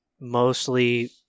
mostly